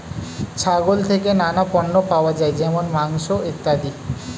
ছাগল থেকে নানা পণ্য পাওয়া যায় যেমন মাংস, ইত্যাদি